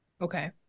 Okay